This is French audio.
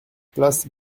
place